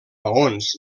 maons